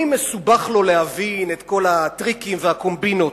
מסובך לו להבין את כל הטריקים והקומבינות,